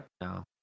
No